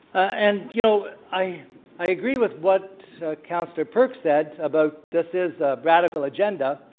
and you know, i i agree with what councillor perks said about this is radical agenda,